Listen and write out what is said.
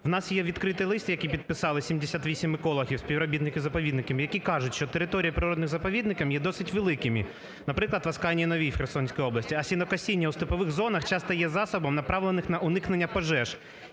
У нас є відкритий лист, який підписали 78 екологів, співробітників заповідників, які кажуть, що території природних заповідників є досить великими, наприклад, в Асканії Новій у Херсонській області, а сінокосіння у степових зонах часто є засобом, направлених на уникнення пожеж